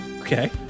Okay